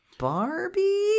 Barbie